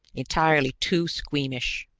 entirely too squeamish!